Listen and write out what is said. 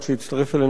חבר הכנסת דב חנין,